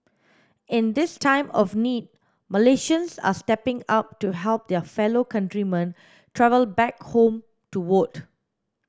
in this time of need Malaysians are stepping up to help their fellow countrymen travel back home to vote